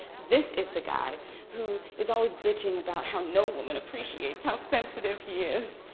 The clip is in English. this is the guy who is always bitching about how no woman appreciates how sensitive he is.